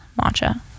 matcha